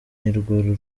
nirwo